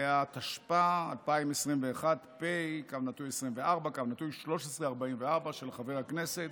התשפ"ב 2021, פ/1344/24, של חבר הכנסת